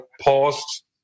paused